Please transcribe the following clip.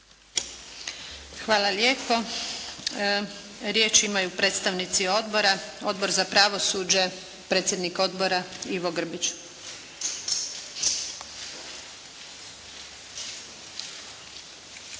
Hvala lijepo. Riječ imaju predstavnici odbora. Odbor za pravosuđe, predsjednik Odbora Ivo Grbić.